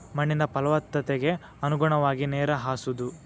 ಮಣ್ಣಿನ ಪಲವತ್ತತೆಗೆ ಅನುಗುಣವಾಗಿ ನೇರ ಹಾಸುದು